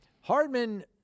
Hardman